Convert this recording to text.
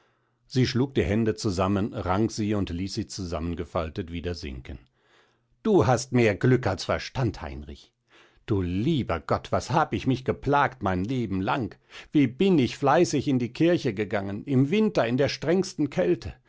sie schlug die hände zusammen rang sie und ließ sie zusammengefaltet wieder sinken du hast mehr glück als verstand heinrich du lieber gott was hab ich mich geplagt mein lebenlang wie bin ich fleißig in die kirche gegangen im winter in der strengsten kälte